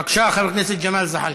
בבקשה, חבר הכנסת ג'מאל זחאלקה.